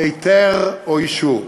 היתר או אישור.